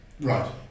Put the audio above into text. Right